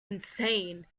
insane